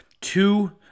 two